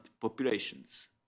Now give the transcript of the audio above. populations